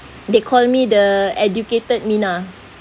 they call me the educated mina